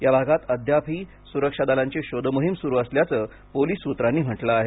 या भागात अद्यापही सुरक्षा दलांची शोधमोहीम सुरु असल्याचं पोलीस सूत्रांनी म्हटलं आहे